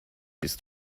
bist